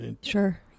sure